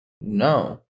No